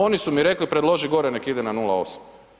Oni su mi rekli predloži gore nek ide na 0,8.